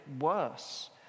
worse